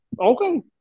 Okay